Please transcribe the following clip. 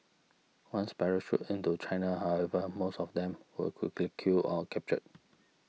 once parachuted into China however most of them were quickly killed or captured